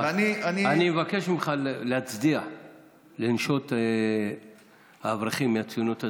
אבקש ממך להצדיע לנשות האברכים מהציונות הדתית,